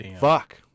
fuck